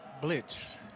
blitz